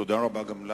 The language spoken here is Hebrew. תודה רבה גם לך.